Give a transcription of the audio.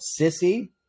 sissy